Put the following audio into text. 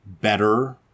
better